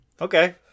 Okay